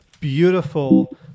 beautiful